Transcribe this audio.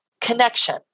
connection